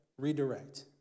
redirect